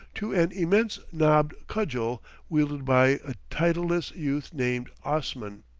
to an immense knobbed cudgel wielded by a titleless youth named osman.